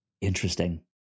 interesting